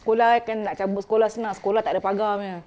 sekolah I kan nak cabut sekolah senang sekolah tak ada pagar punya